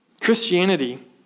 Christianity